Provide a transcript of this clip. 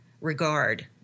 Regard